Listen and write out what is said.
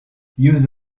use